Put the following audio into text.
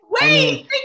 Wait